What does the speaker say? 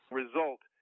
result